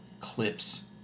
clips